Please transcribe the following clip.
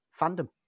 fandom